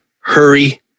hurry